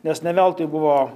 nes ne veltui buvo